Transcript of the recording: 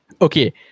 Okay